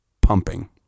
pumping